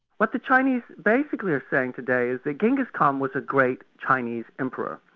what the chinese basically are saying today is that genghis khan was a great chinese emperor,